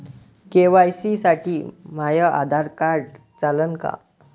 KYC साठी माह्य Aadhaar card चालन का?